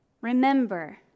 Remember